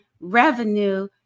revenue